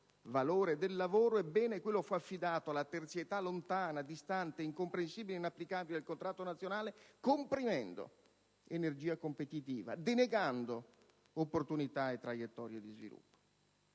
valore del lavoro, esso fu affidato alla terzietà lontana, distante, incomprensibile, inapplicabile del contratto nazionale, comprimendo energia competitiva, denegando opportunità e traiettorie di sviluppo.